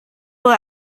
wohl